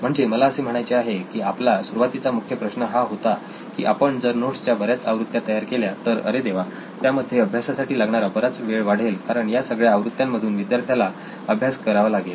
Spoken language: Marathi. म्हणजे मला असे म्हणायचे आहे की आपला सुरुवातीचा मुख्य प्रश्न हा होता की आपण जर नोट्स च्या बऱ्याच आवृत्त्या तयार केल्या तर अरे देवा त्यामध्ये अभ्यासासाठी लागणारा बराच वेळ वाढेल कारण या सगळ्या आवृत्यां मधून विद्यार्थ्याला अभ्यास करावा लागेल